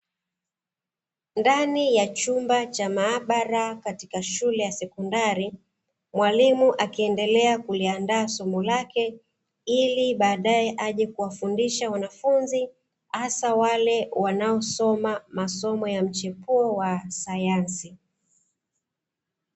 Ndani ya chumba cha maabara katika shule ya sekondari, mwalimu akiendelea kulianda somo lake ili badaye aje kuwafundisha wanafunzi hasa wale wanaosoma masomo ya mchepuo wa sayansi.